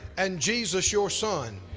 and jesus your son,